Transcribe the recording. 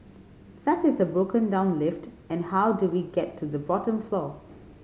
such as a broken down lift and how do we get to the bottom floor